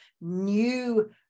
new